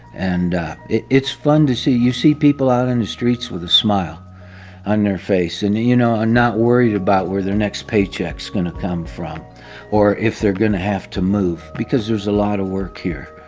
and it's fun to see you see people out in the streets with a smile on their face and, you you know, and not worried about where their next paycheck is going to come from or if they're going to have to move because there's a lot of work here.